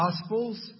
Gospels